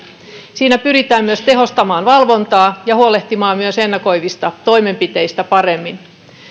siinä pyritään myös tehostamaan valvontaa ja huolehtimaan myös ennakoivista toimenpiteistä paremmin